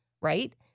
right